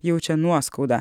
jaučia nuoskaudą